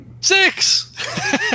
Six